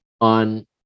on